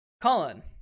Colin